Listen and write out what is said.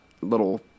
little